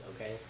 okay